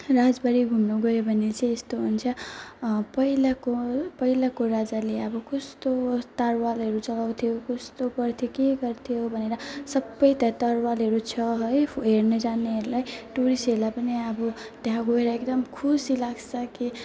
राजबाडी घुम्नु गयो भने चाहिँ यस्तो हुन्छ पहिलाको पहिलाको राजाले अब कस्तो तरवारहरू चलाउँ थियो कस्तो गर्थ्यो के गर्थ्यो भनेर सबै त्यहाँ तरवारहरू छ है हेर्ने जानेहरूलाई टुरिस्टहरूलाई पनि अब त्यहाँ गएर एकदम खुसी लाग्छ कि